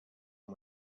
and